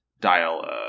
dial